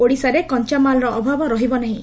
ଓଡ଼ିଶାରେ କଂଚାମାଲର ଅଭାବ ରହିବ ନାହିଁ